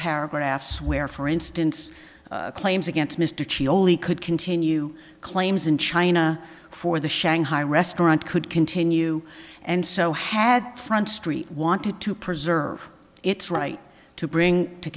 paragraphs where for instance claims against mr oly could continue claims in china for the shanghai restaurant could continue and so had front street wanted to preserve its right to bring to